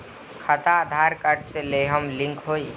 खाता आधार कार्ड से लेहम लिंक होई?